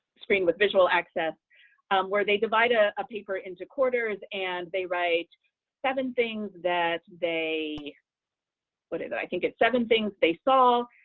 screen with visual access where they divide a paper into quarters, and they write seven things that they what is it i think it's seven things they saw,